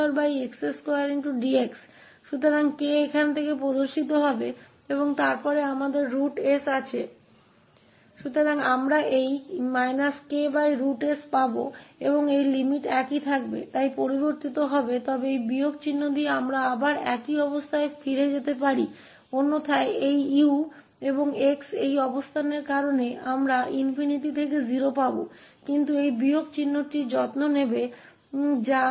तो हमें यह मिलेगा ks सीमाएं वही रहेंगी वे बदल जाएंगी लेकिन इस ऋण चिह्न के साथ हम फिर से उसी पर वापस आ सकते हैं अन्यथा इस u और x के कारण यह स्थिति हमें ∞ से 0 मिल जाएगी